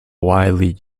widely